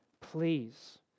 Please